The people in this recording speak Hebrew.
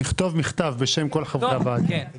נכתוב מכתב בשם כל חברי הוועדה.